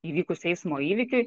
įvykus eismo įvykiui